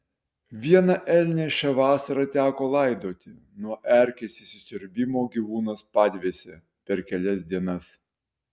vieną elnią šią vasarą teko laidoti nuo erkės įsisiurbimo gyvūnas padvėsė per kelias dienas